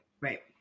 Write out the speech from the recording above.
right